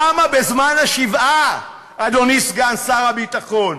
למה בזמן השבעה, אדוני סגן שר הביטחון?